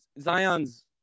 Zion's